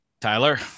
Tyler